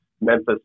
Memphis